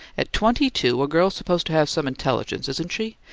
at twenty-two a girl's supposed to have some intelligence, isn't she?